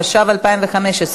התשע"ו 2015,